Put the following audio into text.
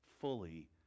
fully